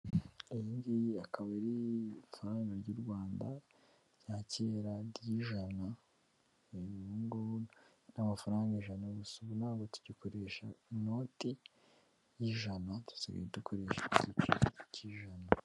Iyi ngiyi akaba ari ifaranga ry'u Rwanda rya kera ry'ijana, ubu ngubu n'amafaranga ijana gusa, ubu ntabwo tugikoresha inoti y'ijana, dusigaye dukoresha igicere cy'ijana.